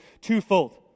twofold